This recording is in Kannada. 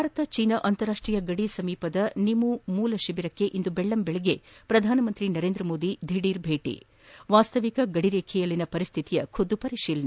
ಭಾರತ ಚೀನಾ ಅಂತಾರಾಷ್ಷೀಯ ಗಡಿ ಸಮೀಪದ ನಿಮೂ ಮೂಲ ಶಿಬಿರಕ್ಕೆ ಇಂದು ಬೆಳ್ಳಂಬೆಳಗ್ಗೆ ಪ್ರಧಾನಮಂತ್ರಿ ನರೇಂದ್ರಮೋದಿ ದಿಢೀರ್ ಭೇಟಿ ವಾಸ್ತವಿಕ ಗಡಿ ರೇಖೆಯಲ್ಲಿನ ಪರಿಸ್ಥಿತಿಯ ಖುದ್ದು ಪರಿಶೀಲನೆ